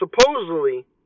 supposedly